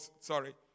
sorry